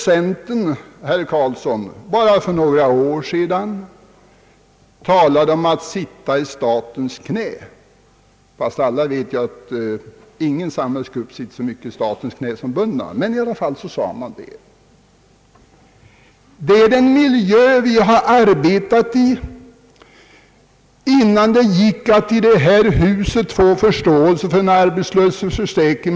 Centern, herr Carlsson, talade bara för några år sedan om »att sitta i statens knä» — fast alla vet att ingen samhällsgrupp sitter så mycket i statens knä som bönderna. Det var den miljö som vi arbetade i innan det gick att i detta hus få förståelse för arbetslöshetsförsäkring.